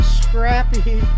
scrappy